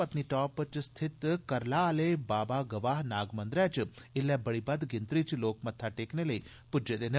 पत्नीटाप स्थित करलाह आले बाबा गवाह नाग मंदरै च एल्लै बड़ी बद्द गिनत्री च लोक मत्था टेकने गित्तै पुज्जे दे न